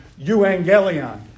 evangelion